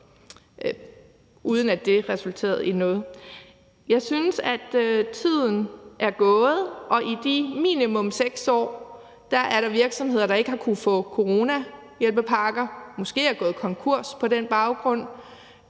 uden at det resulterede i noget. Jeg synes, at tiden er gået, og i de minimum 6 år er der virksomheder, der ikke har kunnet få coronahjælpepakker og måske er gået konkurs på den baggrund.